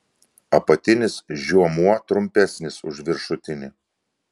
apatinis žiomuo trumpesnis už viršutinį